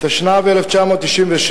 אנחנו מסכימים.